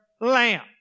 lamp